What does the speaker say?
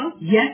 Yes